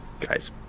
guys